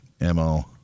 mo